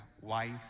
wife